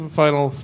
final